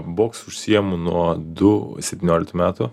boksu užsiima nuo du septynioliktų metų